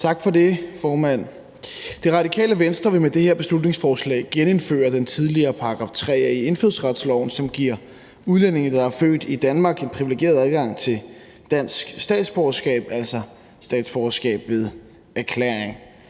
Tak for det, formand. Det Radikale Venstre vil med det her beslutningsforslag genindføre den tidligere § 3 A i indfødsretsloven, som giver udlændinge, der er født i Danmark, en privilegeret adgang til dansk statsborgerskab, altså statsborgerskab ved erklæring.